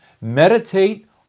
meditate